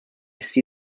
see